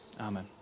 Amen